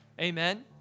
Amen